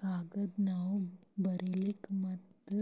ಕಾಗದ್ ನಾವ್ ಬರಿಲಿಕ್ ಮತ್ತ್